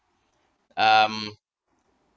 um